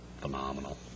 phenomenal